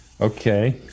Okay